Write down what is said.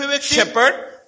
Shepherd